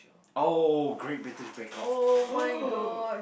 oh Great-British-Bake-Off